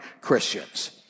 Christians